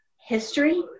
history